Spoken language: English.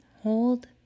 Hold